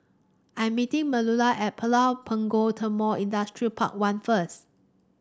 I'm meeting Manuela at Pulau Punggol Timor Industrial Park One first